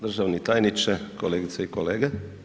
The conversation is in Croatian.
Državni tajniče, kolegice i kolege.